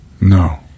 No